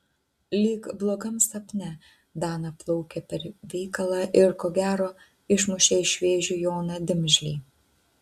lyg blogam sapne dana plaukė per veikalą ir ko gero išmušė iš vėžių joną dimžlį